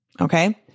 okay